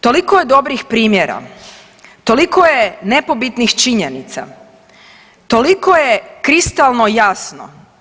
Toliko je dobrih primjera, toliko je nepobitnih činjenica, toliko je kristalno jasno.